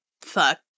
fuck